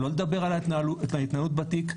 לא לדבר על ההתנהלות בתיק.